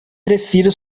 prefiro